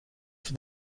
for